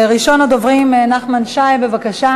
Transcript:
ראשון הדוברים, חבר הכנסת נחמן שי, בבקשה,